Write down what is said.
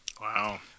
Wow